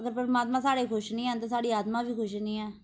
अगर परमात्मा साढ़े खुश नी हैन ते साढ़ी आत्मा बी खुश नी ऐ